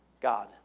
God